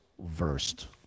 versed